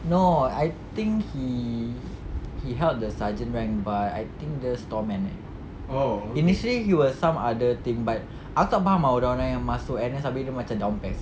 no I think he he held the sergeant rank but I think dia store man eh initially he was some other thing but aku tak faham ah orang-orang yang masuk N_S abeh dia macam down PES